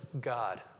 God